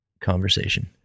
conversation